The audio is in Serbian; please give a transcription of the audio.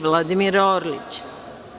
Vladimira Orlića.